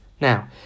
Now